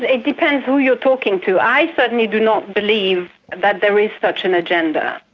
it depends who you're talking to. i certainly do not believe that there is such an agenda.